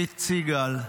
קית' סיגל,